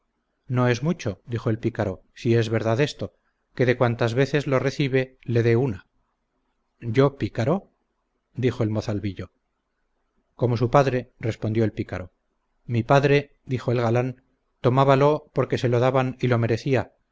no es mucho dijo el pícaro si es verdad esto que de cuantas veces lo recibe le dé una yo pícaro dijo el mozalvillo como su padre respondió el pícaro mi padre dijo el galán tomábalo porque se lo daban y lo merecía